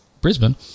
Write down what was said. Brisbane